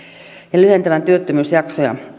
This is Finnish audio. ja lyhentävän työttömyysjaksoja